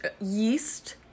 yeast